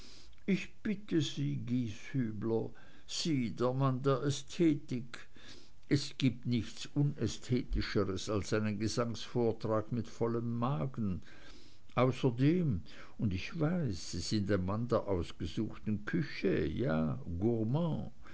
ich bitte sie gieshübler sie der mann der ästhetik es gibt nichts unästhetischeres als einen gesangsvortrag mit vollem magen außerdem und ich weiß sie sind ein mann der ausgesuchten küche ja